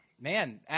man